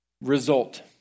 result